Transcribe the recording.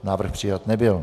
Návrh přijat nebyl.